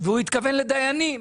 והוא התכוון לדיינים.